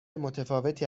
متفاوتی